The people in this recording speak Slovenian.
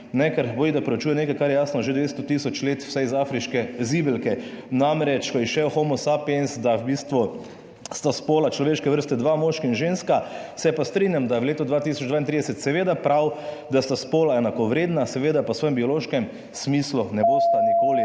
er bojda preučuje nekaj, kar je jasno že 200 tisoč let, vsaj iz afriške zibelke, namreč ko je izšel Homo sapiens, da v bistvu sta spola človeške vrste dva, moški in ženska, se pa strinjam, da je v letu 2032 seveda prav, da sta spola enakovredna, seveda pa v svojem biološkem smislu ne bosta nikoli enaka,